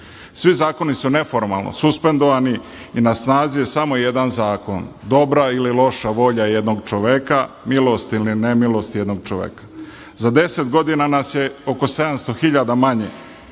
Svi zakoni su neformalno suspendovani. Na snazi je samo jedan zakon – dobra ili loša volja jednog čoveka, milost ili nemilost jednog čoveka. Za 10 godina nas je oko 700 hiljada